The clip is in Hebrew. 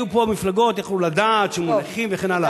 היו פה המפלגות ויכלו לדעת שמניחים וכן הלאה.